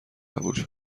قبول